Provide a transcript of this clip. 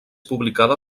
publicada